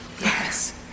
Yes